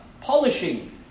polishing